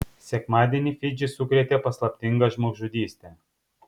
sekmadienį fidžį sukrėtė paslaptinga žmogžudystė